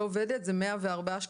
לא עובדת זה 104 שקלים?